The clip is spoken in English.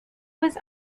was